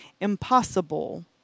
impossible